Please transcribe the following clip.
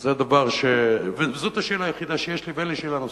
זו השאלה היחידה שיש לי ואין לי שאלה נוספת.